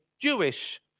Jewish